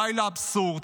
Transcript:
די לאבסורד,